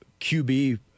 QB